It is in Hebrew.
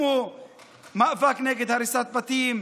כמו מאבק נגד הריסת בתים,